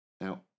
Now